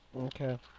Okay